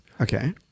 okay